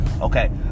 Okay